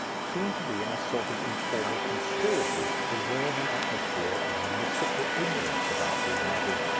seem to be in a sort of informal conspiracy to preserve an atmosphere of mystical ignorance about these matters,